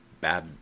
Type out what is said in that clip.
bad